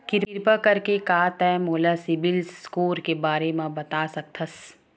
किरपा करके का तै मोला सीबिल स्कोर के बारे माँ बता सकथस?